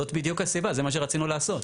זו בדיוק הסיבה, זה מה שרצינו לעשות.